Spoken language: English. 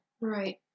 Right